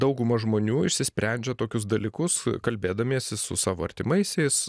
dauguma žmonių išsisprendžia tokius dalykus kalbėdamiesi su savo artimaisiais